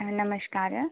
नमस्कारः